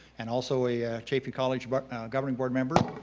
and also a chaffey college but governing board member,